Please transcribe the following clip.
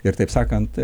ir taip sakant